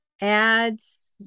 ads